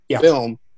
film